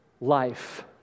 life